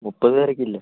മുപ്പത് പേരൊക്കെ ഇല്ലേ